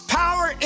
power